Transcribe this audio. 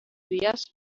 vías